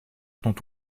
dont